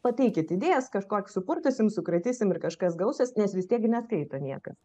pateikit idėjas kažkokias supurtysim sukratysim ir kažkas gausis nes vis tiek gi neskaito nieka